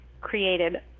created